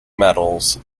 medals